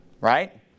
right